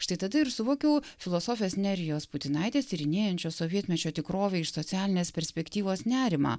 štai tada ir suvokiau filosofės nerijos putinaitės tyrinėjančio sovietmečio tikrovę iš socialinės perspektyvos nerimą